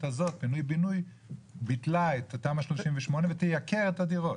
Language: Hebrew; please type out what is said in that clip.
פינוי בינוי בטלה את תמ"א 38 ותייקר את הדירות?